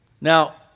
Now